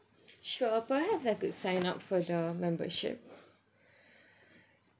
sure perhaps I could sign up for the membership